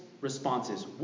responses